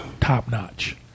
top-notch